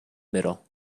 middle